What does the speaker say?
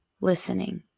listening